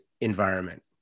environment